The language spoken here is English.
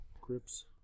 grips